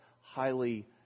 highly